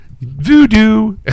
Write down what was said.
Voodoo